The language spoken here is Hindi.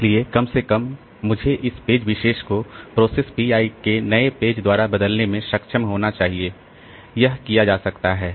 इसलिए कम से कम मुझे इस पेज विशेष को प्रोसेस P i के नए पेज द्वारा बदलने में सक्षम होना चाहिए यह किया जा सकता है